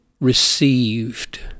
received